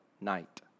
night